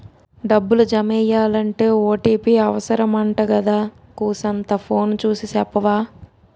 డబ్బులు జమెయ్యాలంటే ఓ.టి.పి అవుసరమంటగదా కూసంతా ఫోను సూసి సెప్పవా